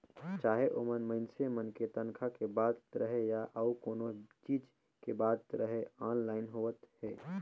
चाहे ओमन मइनसे मन के तनखा के बात रहें या अउ कोनो चीच के बात रहे आनलाईन होवत हे